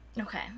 Okay